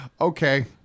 Okay